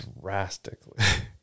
drastically